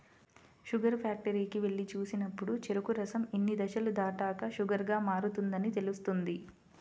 sugar ఫ్యాక్టరీకి వెళ్లి చూసినప్పుడు చెరుకు రసం ఇన్ని దశలు దాటాక షుగర్ గా మారుతుందని తెలుస్తుంది